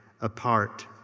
apart